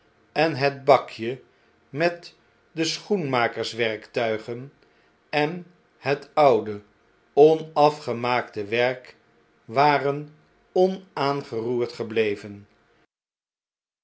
en het bakje met de schoenmakerswerktuigen en het oude onafgemaakte werk waren onaangeroerd gebleven